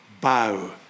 bow